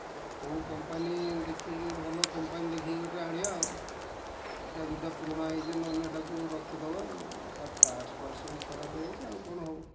ଆଉ କେଉଁ କମ୍ପାନୀ ଦେଖିକି ଭଲ କମ୍ପାନୀ ଦେଖିକି ଗୋଟେ ଆଣିବା ଆଉ ଏଇଟା ଯେଉଁଟା ପୁରୁଣା ହେଇଛି ନହେଲେ ଏଇଟାକୁ ରଖିଦବା ଆଉ ଏଇଟା ପାର୍ଟସ୍ ଫାର୍ଟସ୍ ସବୁ ଖରାପ ହେଇଯାଇଛି ଆଉ କ'ଣ ହବ